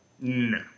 No